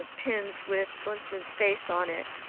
ah pins with eunsoon's face on it.